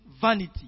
vanity